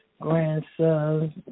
grandsons